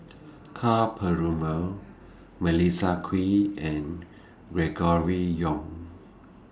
Ka Perumal Melissa Kwee and Gregory Yong